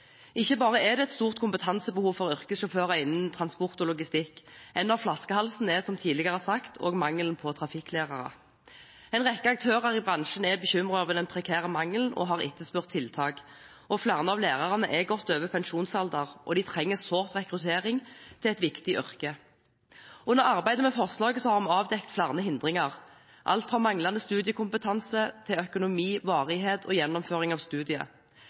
Ikke bare er det et stort kompetansebehov for yrkessjåfører innen transport og logistikk, men en av flaskehalsene er, som tidligere sagt, også mangelen på trafikklærere. En rekke aktører i bransjen er bekymret over den prekære mangelen og har etterspurt tiltak. Flere av lærerne er godt over pensjonsalder, og de trenger sårt rekruttering til et viktig yrke. Under arbeidet med forslaget har vi avdekket flere hindringer, alt fra manglende studiekompetanse til økonomi, varighet og gjennomføring av studiet.